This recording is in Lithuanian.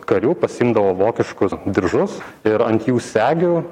karių pasiimdavo vokiškus diržus ir ant jų segių